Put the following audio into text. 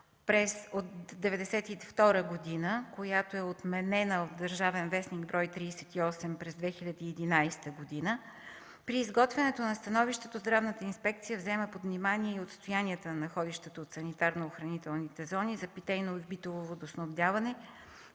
от 1992 г., която е отменена в „Държавен вестник” бр. 38 през 2011 г., при изготвянето на становището Здравната инспекция взема под внимание отстоянията на находището по санитарно-охранителните зони за питейно и битово водоснабдяване,